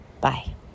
Bye